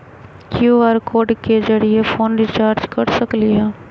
QR code के जरिय phone recharge कर सकली ह?